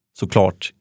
såklart